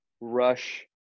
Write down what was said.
rush